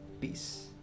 peace